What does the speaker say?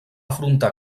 afrontar